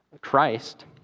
Christ